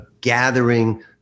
gathering